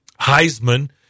Heisman